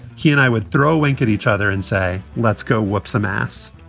he and i would throw a wink at each other and say, let's go whip some ass.